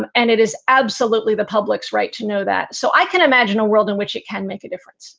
and and it is absolutely the public's right to know that. so i can imagine a world in which it can make a difference